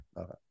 Okay